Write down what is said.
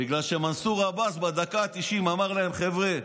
בגלל שמנסור עבאס אמר להם בדקה ה-90: חבר'ה,